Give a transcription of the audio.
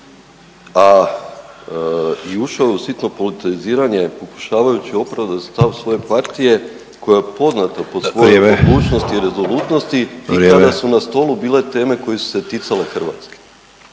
i ušao je u sitno politiziranje pokušavajući opravdati stav svoje partije koja je poznata po svojoj odlučnosti i rezolutnosti … …/Upadica Sanader: Vrijeme./… … i kada su na stolu bile teme koje su se ticale Hrvatske.